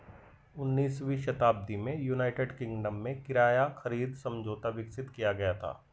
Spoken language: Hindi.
उन्नीसवीं शताब्दी में यूनाइटेड किंगडम में किराया खरीद समझौता विकसित किया गया था